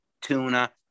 tuna